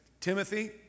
timothy